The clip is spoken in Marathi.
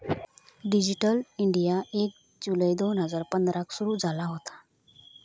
डीजीटल इंडीया एक जुलै दोन हजार पंधराक सुरू झाला होता